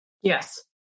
Yes